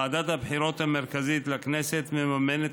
ועדת הבחירות המרכזית לכנסת מממנת